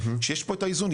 שיש פה את האיזון.